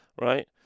right